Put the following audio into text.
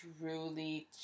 truly